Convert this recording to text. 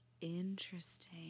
Interesting